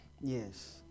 Yes